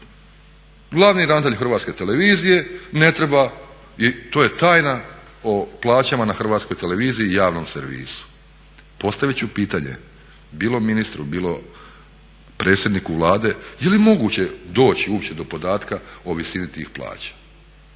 Glavni ravnatelj Hrvatske televizije ne treba i to je tajna o plaćama na Hrvatskoj televiziji i javnom servisu. Postaviti ću pitanje, bilo ministru, bilo predsjedniku Vlade, je li moguće doći uopće do podatka o visini tih plaća?